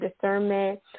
discernment